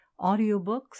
audiobooks